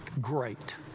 Great